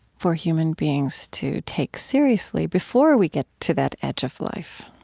for human beings to take seriously before we get to that edge of life,